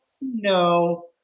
no